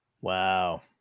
Wow